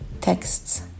texts